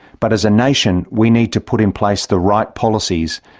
but as a nation we need to put in place the right policies,